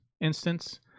instance